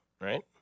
right